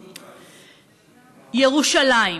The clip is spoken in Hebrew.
ירושלים,